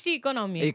economy